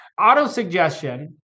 auto-suggestion